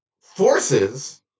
forces